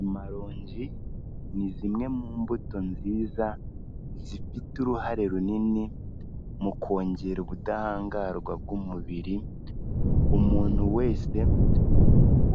Amaronji ni zimwe mu mbuto nziza zifite uruhare runini mu kongera ubudahangarwa bw'umubiri, umuntu wese